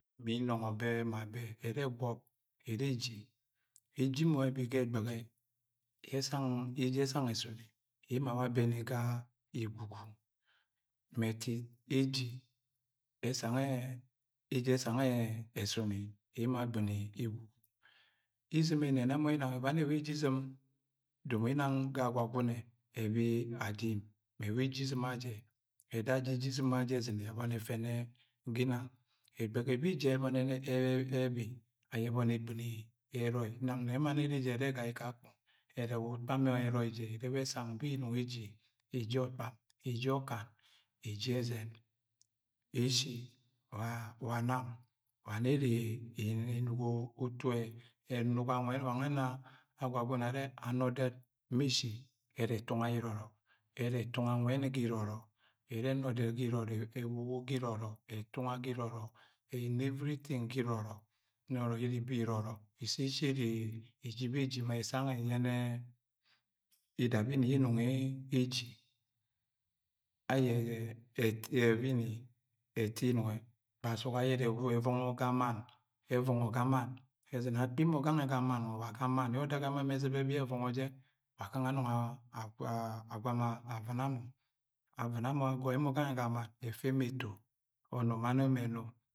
Ma inọgọ bẹ ma bẹ, ẹrẹ ẹgwọp, ere eji. Eji mọ ebi ga ẹgbẹghẹ yẹ ẹsang eje ẹsang yẹ esuni, emo ara awa, awa abẹni ga imi igwugwu. Ma ẹtit eji ẹsangẹ, ẹjẹ ẹsang yẹ ẹsuni emo agbɉni igwugwu. Isim ẹnẹnẹ mọ ginang ẹbani yẹ ẹwa ẹwẹji isim domo ginang ga Agwagune ẹbi Adim ewa ẹwẹji izimaja. Ẹda aja eje isim ezɉnẹ, ẹbọni ẹbi, ayẹ ẹbọni egbɉni ẹrọi nang ne mann ere egai jẹ kakọng, ẹrẹ ẹwa ukpama ẹrọi ẹwa ẹsanv be, ẹnọng eji. Eji ọkpam, eji ọkan, eji ẹzẹn Eshi wa nẹ ere enugo, enaga anwẹni wa nwẹ ẹna Agwagune arẹ ẹtunga yẹ irọrọ. Ẹrẹ ẹtunga anwẹni ga irọrọ, me eshi ẹrẹ ẹna ọdẹt ga irọrọ, ewogo ga irọrọ, ẹtunga ga irọrọ. Ẹna evɉritin ga irọrọ. Nọrọ iri ibo irọrọ isse eshi ere eji beji ma ẹsẹ gangẹ ẹyẹnẹ idabini yẹ ẹnong eji Ayẹ ọvini, ẹtit nwẹ. Kpasuk ayẹ ẹrẹ ẹvọngọ ga manb. Ẹvọngọ ga ma ezɉnẹ, akpi mọ gangẹ ga mann nwẹ, wa ga mann yẹ ọdak ema mọ ẹzɉba ẹbi yẹ ẹvọngo jẹ. Wa gangẹ, anọng agwama avɉna mọ. Avɉna mọ, agọi mọ gangẹ ga mann ẹfa emẹ eti unu ma nọ ẹmẹ ẹnu Ma eshi ẹrẹ ewogo ọyọngọ ẹgɉma ise. Ewogo, ẹrẹ, akpi mọ ga ise ere ẹrẹ ewogo, abani yẹ agọi mọ. Odak ẹbi mọ ezɉba ẹbani yẹ evɉna y. Ẹtara ye ẹvɉn wa nwẹ ena nọrọ Agwagune iri inep mọ unep ga ẹgọt. Ma ẹtit Agwagune are anep mo unep bikọ ayẹ egọmọ erom.